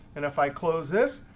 and if i close this,